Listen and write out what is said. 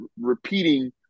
repeating